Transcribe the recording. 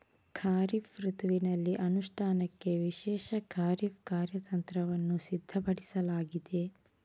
ಖಾರಿಫ್ ಋತುವಿನಲ್ಲಿ ಅನುಷ್ಠಾನಕ್ಕೆ ವಿಶೇಷ ಖಾರಿಫ್ ಕಾರ್ಯತಂತ್ರವನ್ನು ಸಿದ್ಧಪಡಿಸಲಾಗಿದೆ